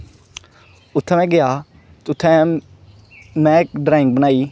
उत्थै में गेआ हा ते उत्थै में इक ड्रांइग बनाई